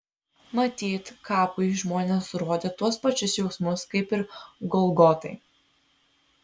matyt kapui žmonės rodė tuos pačius jausmus kaip ir golgotai